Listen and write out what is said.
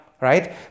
right